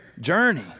journey